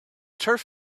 turf